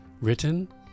Written